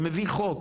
ומביא חוק